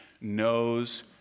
knows